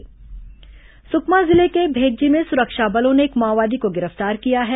माओवादी समाचार सुकमा जिले के भेज्जी में सुरक्षा बलों ने एक माओवादी को गिरफ्तार किया है